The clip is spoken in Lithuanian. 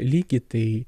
lygį tai